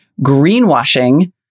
greenwashing